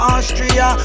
Austria